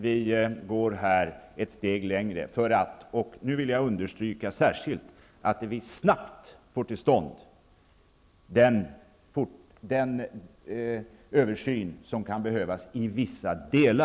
Jag går här ett steg längre -- det vill jag särskilt understryka --för att snabbt få till stånd den översyn som kan behövas i viss del av detta komplex.